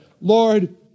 Lord